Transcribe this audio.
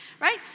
right